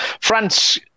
France